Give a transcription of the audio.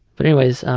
but anyways,